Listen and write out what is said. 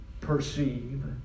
perceive